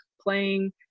playing